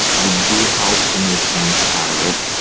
we do help to make sense out of it.